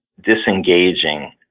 disengaging